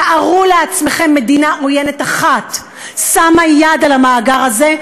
תארו לעצמכם שמדינה עוינת אחת שמה יד על המאגר הזה.